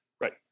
Right